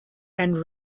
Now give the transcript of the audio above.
and